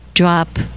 drop